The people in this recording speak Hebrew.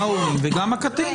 זה גם ההורים וגם הקטין,